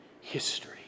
history